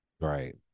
Right